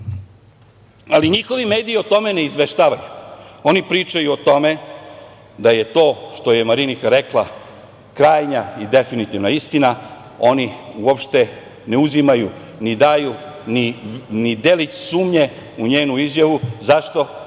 njihovi mediji o tome ne izveštavaju. Oni pričaju o tome da je to što je Marinika rekla krajnja i definitivna istina, oni uopšte ne uzimaju ni daju ni delić sumnje u njenu izjavu. Zašto?